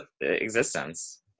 Existence